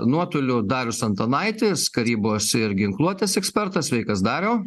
nuotoliu darius antanaitis karybos ir ginkluotės ekspertas sveikas dariau